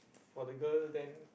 for the girl then